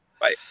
bye